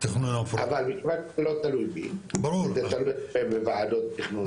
אבל מכיוון שזה לא תלוי בי וזה תלוי בוועדות תכנון ובנייה.